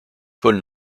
pôle